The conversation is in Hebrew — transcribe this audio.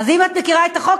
אם את מכירה את החוק,